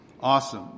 awesome